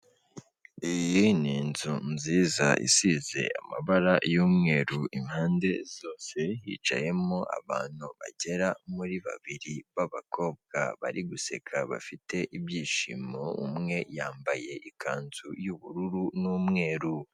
Iyi ni inzu nziza isize amabara y'umweru, impande zose hicayemo abantu bagera muri babiri b'abakobwa bari guseka, bafite ibyishimo, umwe yambaye ikanzu y'ubururu n'umweru.